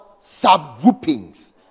subgroupings